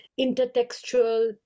intertextual